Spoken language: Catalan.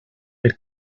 per